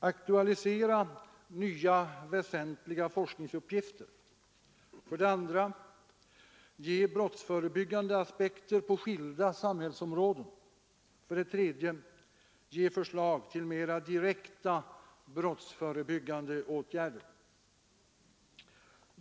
Aktualisera nya väsentliga forskningsuppgifter. 2. Ge brottsförebyggande aspekter på skilda samhällsområden. 3. Ge förslag till mera direkta brottsförebyggande åtgärder.